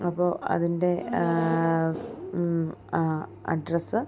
അപ്പോള് അതിൻറ്റെ ആ അഡ്രസ്സ്